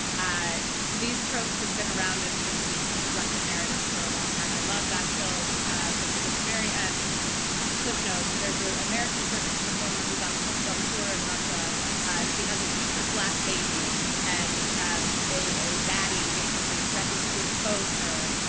these tropes have been around in in russian narratives for a long time. i love that film because at the very end cliff notes, there's a american circus performer who is on tour but on tour in russia she has a secret black baby and um a baddie, basically, threatens to expose her.